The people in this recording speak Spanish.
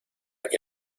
que